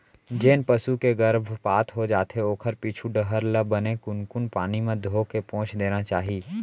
जेन पसू के गरभपात हो जाथे ओखर पीछू डहर ल बने कुनकुन पानी म धोके पोंछ देना चाही